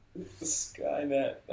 Skynet